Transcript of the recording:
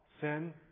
sin